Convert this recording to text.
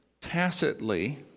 tacitly